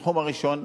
התחום הראשון,